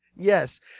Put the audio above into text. Yes